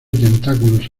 tentáculos